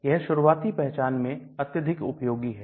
यह शुरुआती पहचान में अत्यधिक उपयोगी है